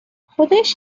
خداییش